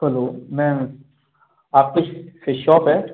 hello ma'am आपकी fish shop है